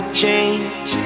change